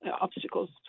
obstacles